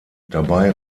dabei